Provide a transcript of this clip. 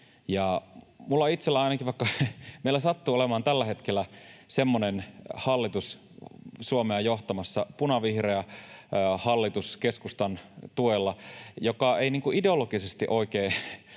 itselläni ainakin, vaikka meillä sattuu olemaan tällä hetkellä semmoinen hallitus Suomea johtamassa — punavihreä hallitus keskustan tuella — joka ei niin kuin ideologisesti oikein